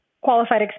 Qualified